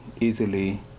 easily